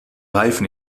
reifen